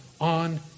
on